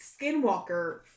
Skinwalker